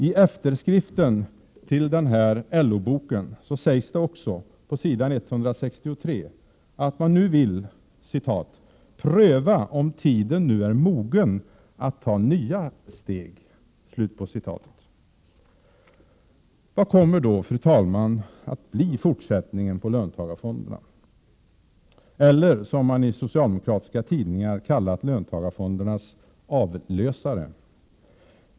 I efterskriften till den här LO-boken sägs också, på s. 163, att man vill ”pröva om tiden nu är mogen att ta nya steg”. Vad kommer då att bli fortsättningen på löntagarfonderna — eller det som i socialdemokratiska tidningar kallats löntagarfondernas ”avlösare”?